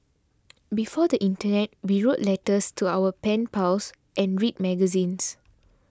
before the internet we wrote letters to our pen pals and read magazines